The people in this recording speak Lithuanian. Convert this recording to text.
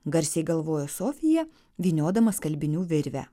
garsiai galvojo sofija vyniodama skalbinių virvę